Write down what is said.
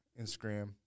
Instagram